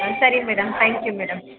ಹಾಂ ಸರಿ madam thank you madam